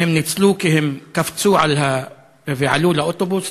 והם ניצלו כי הם קפצו ועלו לאוטובוס.